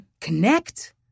connect